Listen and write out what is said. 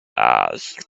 passed